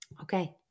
Okay